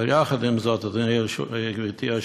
אבל יחד עם זאת, גברתי היושבת-ראש,